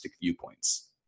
viewpoints